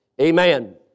Amen